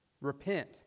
Repent